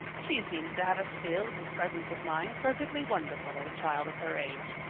she seems to have a skill and presence of mind perfectly wonderful in a child of her age.